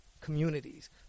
communities